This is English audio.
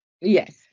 yes